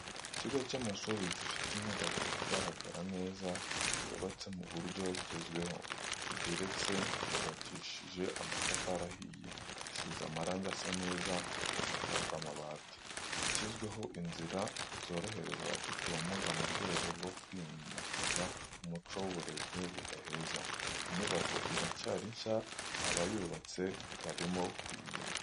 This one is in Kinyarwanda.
Ikigo cy'amashuri gifite inyubako igaragara neza yubatse mu buryo bugezweho bugeretse yubakishije amatafari ahiye, isize amarange asa neza isakajwe amabati, yashyizweho inzira zorohereza abafite ubumuga mu rwego rwo kwimakaza umuco w'uburezi budaheza, inyubako iracyari nshya abayubatse barimo kuyimurika.